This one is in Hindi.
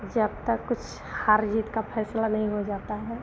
जब तक कुछ हार जीत का फ़ैसला नहीं हो जाता है